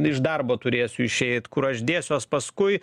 iš darbo turėsiu išeit kur aš dėsiuos paskui